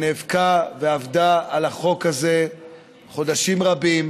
שנאבקה, ועבדה על החוק הזה חודשים רבים,